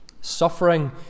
suffering